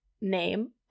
name